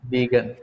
Vegan